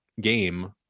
game